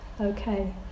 Okay